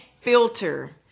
filter